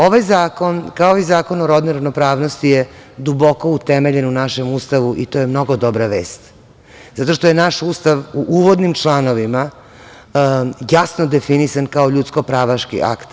Ovaj zakon, kao i Zakon o rodnoj ravnopravnosti je duboko utemeljen u našem Ustavu i to je mnogo dobra vest, zato što je naš Ustav u uvodnim članovima jasno definisan kao ljudsko pravaški akt.